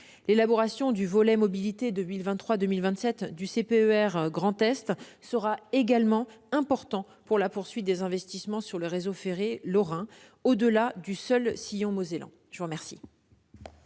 L'élaboration du volet mobilités 2023-2027 du CPER Grand Est sera également importante pour la poursuite des investissements sur le réseau ferré lorrain, au-delà du seul sillon mosellan. La parole